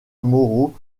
moreau